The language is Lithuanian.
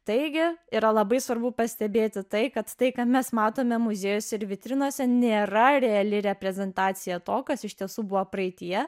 taigi yra labai svarbu pastebėti tai kad tai ką mes matome muziejuose ir vitrinose nėra reali reprezentacija to kas iš tiesų buvo praeityje